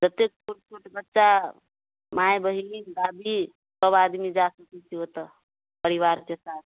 जतेक छोट छोट बच्चा माइ बहिन दादी सभ आदमी जा सकै छी ओतऽ परिवारके साथ